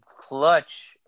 clutch